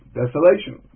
desolation